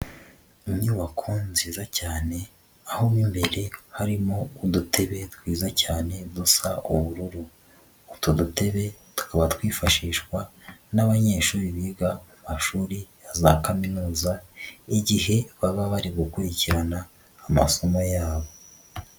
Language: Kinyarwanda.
Inyubako nziza cyane aho mo imbere harimo udutebe twiza cyane dusa ubururu. Utu dudebe tukaba twifashishwa n'abanyeshuri biga mu mashuri ya za Kaminuza, igihe baba bari gukurikirana amasomo yabo.